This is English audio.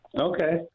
Okay